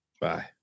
Bye